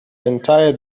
entire